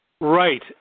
Right